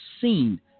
seen